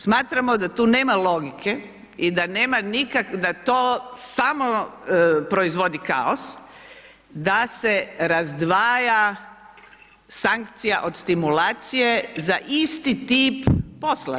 Smatramo da tu nema logike i da nema, da to samo proizvodi kaos, da se razdvaja sankcija od stimulacije za isti tip posla.